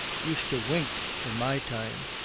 used to wink in my time.